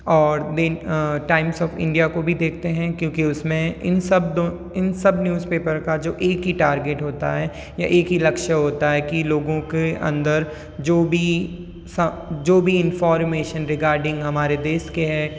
और Times of India को भी देखते हैं क्योंकि उसमें इन सब दो इन सब न्यूज़ पेपर का जो एक ही टार्गेट होता है या एक ही लक्ष्य होता है कि लोगों के अंदर जो भी जो भी इंफॉर्मेशन रेगार्डिंग हमारे देश के है